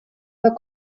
her